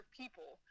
people